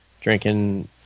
drinking